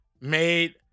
made